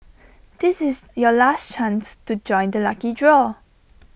this is your last chance to join the lucky draw